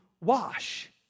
Wash